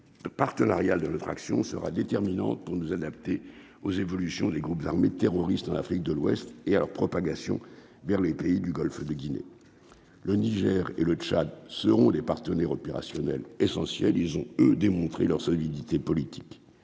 partenariale de l'autre. Si on sera déterminante pour nous adapter aux évolutions des groupes armés terroristes en Afrique de l'Ouest et à la propagation vers les pays du Golfe de Guinée, le Niger et le Tchad seront des partenaires opérationnels essentiel, ils ont démontré leur solidité politique,